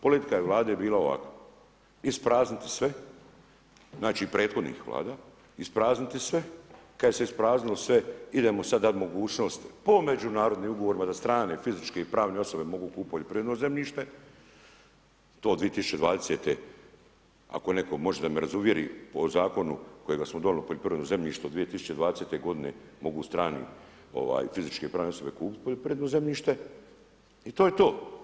Politika je Vlade bila ovakva, isprazniti sve, znači prethodnih Vlada, isprazniti sve, kad se ispraznilo sve idemo sad dat mogućnost po međunarodnim ugovorima da strane fizičke i pravne osobe mogu kupit poljoprivredno zemljište, to od 2020. ako netko možda da me razuvjeri po Zakonu kojeg smo donijeli o poljoprivrednom zemljištu 2020. godine mogu strani fizičke pravne osobe kupit poljoprivredno zemljište i to je to.